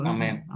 Amen